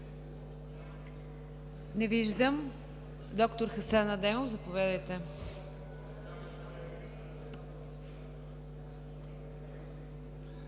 Не виждам. Доктор Хасан Адемов, заповядайте.